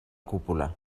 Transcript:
cúpula